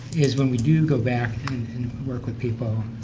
is when we do go back and work with people,